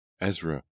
Ezra